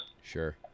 Sure